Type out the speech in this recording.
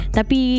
Tapi